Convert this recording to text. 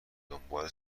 دنبال